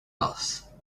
else